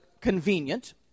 convenient